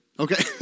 Okay